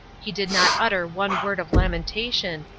he did not utter one word of lamentation,